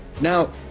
Now